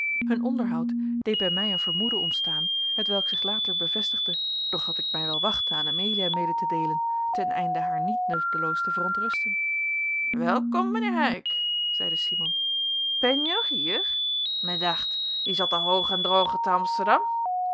hun onderhoud deed bij mij een vermoeden ontstaan hetwelk zich later bevestigde doch dat ik mij wel wachtte aan amelia mede te deelen ten einde haar niet nutteloos te verontrusten whelkom meneer hijk zeide simon phen je nog ier me dacht je zat hal oog en droog